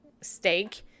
steak